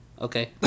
Okay